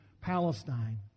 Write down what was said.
Palestine